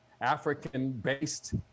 African-based